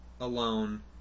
alone